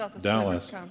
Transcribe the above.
Dallas